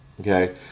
Okay